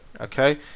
okay